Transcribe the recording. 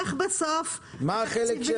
איך בסוף הנציבים,